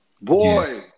Boy